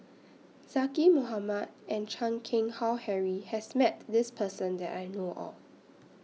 Zaqy Mohamad and Chan Keng Howe Harry has Met This Person that I know of